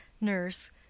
Nurse